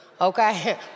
okay